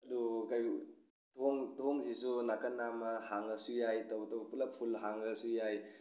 ꯑꯗꯨ ꯊꯣꯡ ꯊꯣꯡꯁꯤꯁꯨ ꯅꯥꯀꯜ ꯅꯥꯝꯃ ꯍꯥꯡꯂꯁꯨ ꯌꯥꯏ ꯇꯧꯕꯇꯕꯨ ꯄꯨꯂꯞ ꯄꯨꯜꯂꯒ ꯍꯥꯡꯂꯒꯁꯨ ꯌꯥꯏ